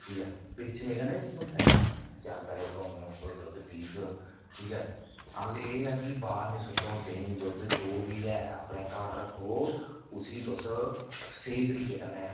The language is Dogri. ठीक ऐ बेचने कन्नै बी सानूं फायदा ऐ चार पैहे थ्होङन कोई दुद्ध पीग ठीक ऐ आखदे एह् ऐ कि बाह्र नेईं सुट्टो दुद्ध देहीं जो बी ऐ अपने घर रक्खो उसी तुस स्हेई तरीके कन्नै